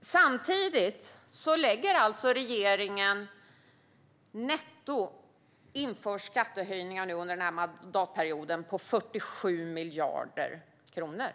Samtidigt inför regeringen under mandatperioden nettoskattehöjningar på 47 miljarder kronor.